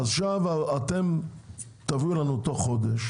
תוך חודש